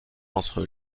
entre